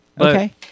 okay